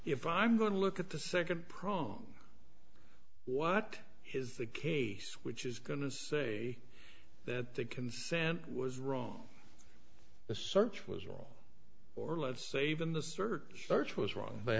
if i'm going to look at the second prong what is the case which is going to say that the consent was wrong the search was wrong or let's say even the search search was wrong but